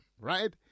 right